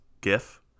GIF